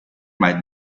might